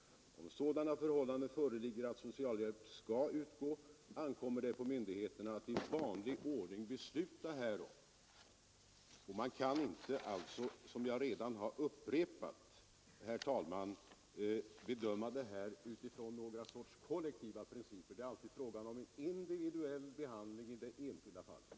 Om sådana förhållanden föreligger att socialhjälp skall utgå, ankommer det på myndigheter att i vanlig ordning besluta härom. Man kan alltså inte, som jag redan har understrukit, bedöma detta med socialhjälpen som någon sorts kollektiv utbetalning. Det är alltid fråga om en individuell behandling i det enskilda fallet.